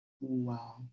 wow